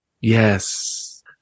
Yes